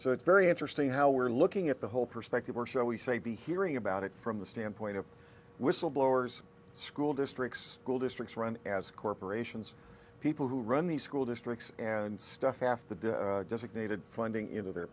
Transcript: so it's very interesting how we're looking at the whole perspective or shall we say be hearing about it from the standpoint of whistleblowers school districts districts run as corporations people who run these school districts and stuff half the designated funding into their